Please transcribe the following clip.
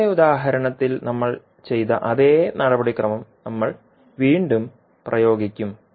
മുമ്പത്തെ ഉദാഹരണത്തിൽ നമ്മൾ ചെയ്ത അതേ നടപടിക്രമം നമ്മൾ വീണ്ടും പ്രയോഗിക്കും